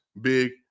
big